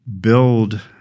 build